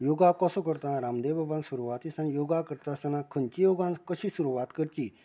योगा कसो करता रामदेव बाबान सुरवाती सावन योगा करता आसतना खंयची योगा कशी सुरवात करची